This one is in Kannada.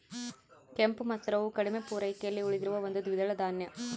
ಕೆಂಪು ಮಸೂರವು ಕಡಿಮೆ ಪೂರೈಕೆಯಲ್ಲಿ ಉಳಿದಿರುವ ಒಂದು ದ್ವಿದಳ ಧಾನ್ಯ